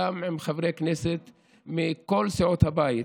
עם חברי כנסת מכל סיעות הבית,